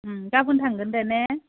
गाबोन थांगोन दे ने